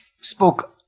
spoke